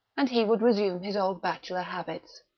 and he would resume his old bachelor habits.